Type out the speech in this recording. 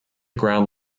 ground